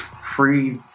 free